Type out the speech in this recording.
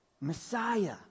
Messiah